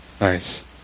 Nice